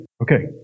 Okay